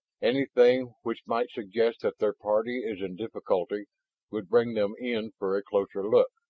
anything which might suggest that their party is in difficulty would bring them in for a closer look